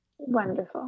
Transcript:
Wonderful